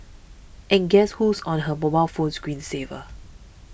and guess who's on her mobile phone screen saver